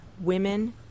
women